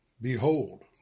behold